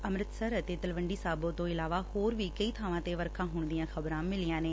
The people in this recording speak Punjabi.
ਅੰਮ੍ਰਿਤਸਰ ਅਤੇ ਤਲਵੰਡੀ ਸਾਬੋ ਤੋਂ ਇਲਾਵਾ ਹੋਰ ਵੀ ਕਈ ਬਾਂਵਾਂ ਤੇ ਵਰਖਾ ਹੋਣ ਦੀਆਂ ਖ਼ਬਰਾਂ ਮਿਲੀਆਂ ਨੇ